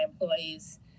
employees